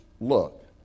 Look